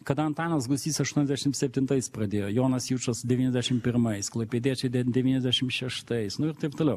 kada antanas gustys aštuoniasdešim septintais pradėjo jonas jučas devyniasdešim pirmais klaipėdiečiai ten devyniasdešim šeštais nu ir taip toliau